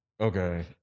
Okay